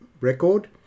record